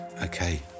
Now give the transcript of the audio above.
okay